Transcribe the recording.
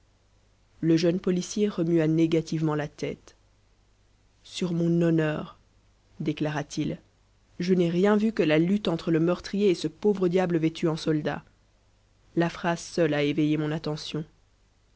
le jeune policier remua négativement la tête sur mon honneur déclara-t-il je n'ai rien vu que la lutte entre le meurtrier et ce pauvre diable vêtu en soldat la phrase seule a éveillé mon attention